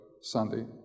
Sunday